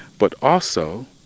but also,